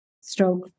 stroke